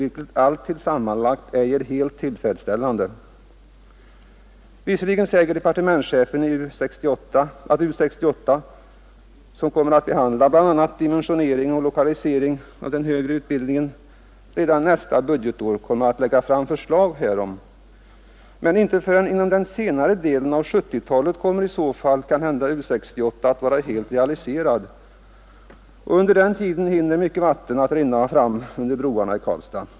Allt detta sammanlagt är ej helt tillfredsställande. Visserligen säger departementschefen att U 68, som kommer att behandla bl.a. dimensionering och lokalisering av den högre utbildningen, redan nästa budgetår kommer att lägga fram förslag härom. Men inte förrän inom den senare delen av 1970-talet kommer i så fall U 68 att vara helt realiserad, och under den tiden hinner mycket vatten rinna fram under broarna i Karlstad.